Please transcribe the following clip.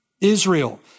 Israel